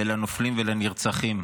לנופלים ולנרצחים.